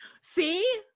see